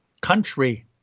country